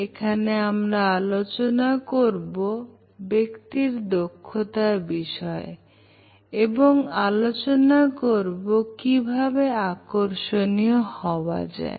এখানে আমরা আলোচনা করব ব্যক্তির দক্ষতা বিষয়ে এবং আমি আলোচনা করব কিভাবে আকর্ষণীয় হওয়া যায়